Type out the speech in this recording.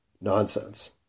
nonsense